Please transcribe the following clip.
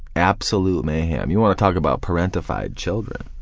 absolute mayhem. you wanna talk about parentified children?